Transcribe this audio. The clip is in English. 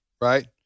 right